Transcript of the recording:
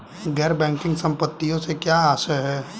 गैर बैंकिंग संपत्तियों से क्या आशय है?